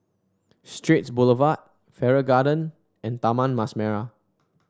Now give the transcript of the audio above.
Straits Boulevard Farrer Garden and Taman Mas Merah